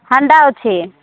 ହାଣ୍ଡା ଅଛି